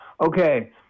okay